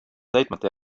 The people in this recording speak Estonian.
täitmata